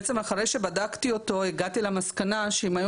בעצם אחרי שבדקתי אותו הגעתי למסקנה שאם היו